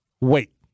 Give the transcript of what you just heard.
wait